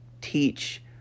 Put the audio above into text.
teach